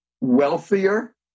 wealthier